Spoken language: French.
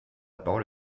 parole